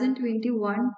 2021